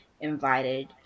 invited